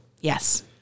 Yes